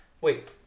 Wait